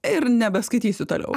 ir nebeskaitysiu toliau